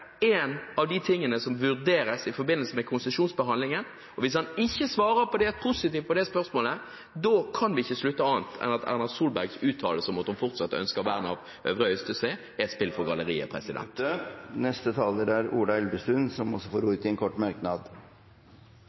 en av de tingene som vurderes i forbindelse med konsesjonsbehandlingen? Og hvis han ikke svarer positivt på det spørsmålet, da kan vi ikke slutte annet enn at Erna Solbergs uttalelse om at hun fortsatt ønsker vern av øvre del av Øystesevassdraget, er spill for galleriet. Representanten Ola Elvestuen har hatt ordet to ganger tidligere og får ordet til en kort merknad,